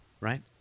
right